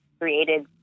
created